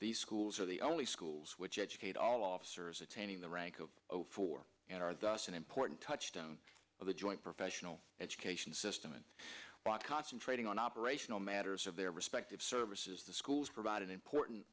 the schools are the only schools which educate all officers attaining the rank of four and are thus an important touchstone for the joint professional education system and by concentrating on operational matters of their respective services the schools provide an important